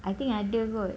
I think ada kot